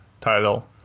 title